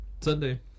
Sunday